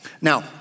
Now